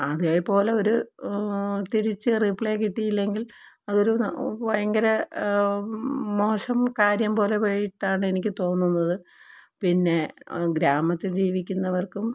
അതേ പോലെ ഒരു തിരിച്ച് റീപ്ലേ കിട്ടിയില്ലെങ്കിൽ അതൊരു ഭയങ്കര മോശം കാര്യം പോലെ ആയിട്ടാണ് എനിക്ക് തോന്നുന്നത് പിന്നെ ഗ്രാമത്തിൽ ജീവിക്കുന്നവർക്കും